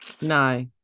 no